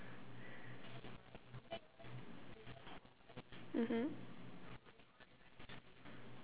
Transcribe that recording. mmhmm